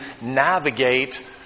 navigate